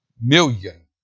million